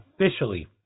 officially